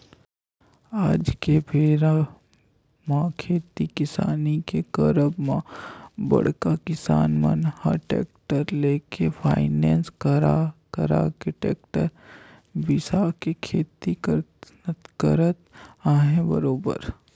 आज के बेरा म खेती किसानी के करब म बड़का किसान मन ह टेक्टर लेके फायनेंस करा करा के टेक्टर बिसा के खेती करत अहे बरोबर